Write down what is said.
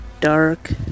dark